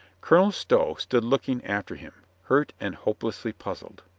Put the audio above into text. colonel stow stood looking after him, hurt and hopelessly puzzled.